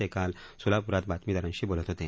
ते काल सोलापुरात बातमीदारांशी बोलत होते